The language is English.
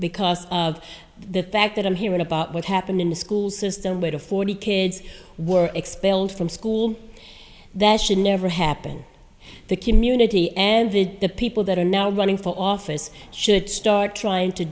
because are the fact that i'm hearing about what happened in the school system made a forty kids were expelled from school that should never happen the community and meet the people that are now running for office should start trying to